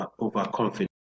overconfident